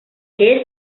che